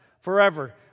forever